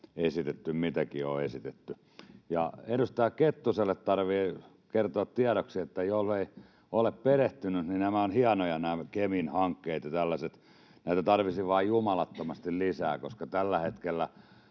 esitetty ja mitä on esitetty. Edustaja Kettuselle tarvitsee kertoa tiedoksi, että jollei ole perehtynyt niihin, niin ovat hienoja nämä Kemin hankkeet ja tällaiset. Näitä tarvitsisi vain jumalattomasti lisää, koska tällä hetkellä